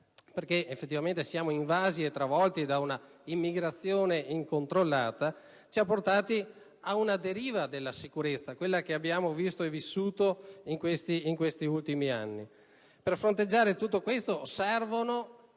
perché effettivamente siamo invasi e travolti da un'immigrazione incontrollata che ci ha portati ad una deriva della sicurezza, quella che abbiamo visto e vissuto in questi ultimi anni. Servono inevitabilmente